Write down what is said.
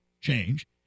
change